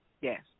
Yes